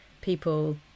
people